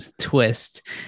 twist